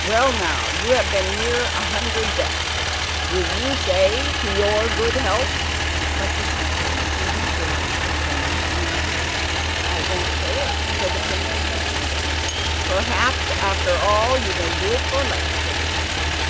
well, now you have been near a hundred deaths will you say to your good health but the shepherd only gave the same answer i won't say it till the princess is my wife perhaps after all you may do it for less said the king,